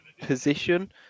position